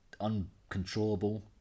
uncontrollable